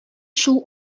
шул